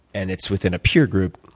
and it's within a peer group,